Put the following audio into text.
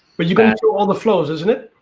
but you're going through all the flows, isn't it?